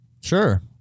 Sure